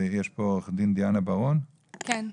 עורכת דין דיאנה בארון, בבקשה.